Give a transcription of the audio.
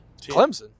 Clemson